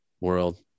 world